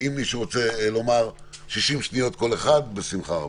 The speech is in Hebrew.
אם מישהו רוצה לומר, בשמחה רבה.